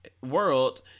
world